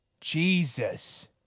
Jesus